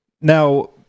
Now